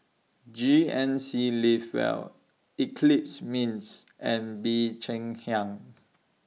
G N C Live Well Eclipse Mints and Bee Cheng Hiang